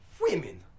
Women